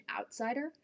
outsider